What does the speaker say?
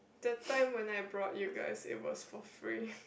the time when I brought you guys it was fluffy